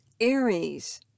Aries